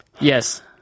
Yes